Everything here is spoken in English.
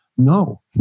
No